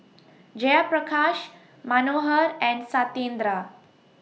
Jayaprakash Manohar and Satyendra